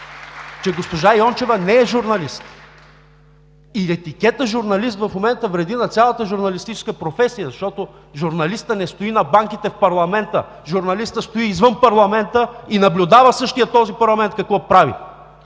че госпожа Йончева не е журналист и с етикета „журналист“ в момента вреди на цялата журналистическа професия, защото журналистът не стои на банките в парламента. Журналистът стои извън парламента и наблюдава същия този парламент какво прави.